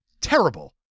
Terrible